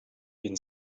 been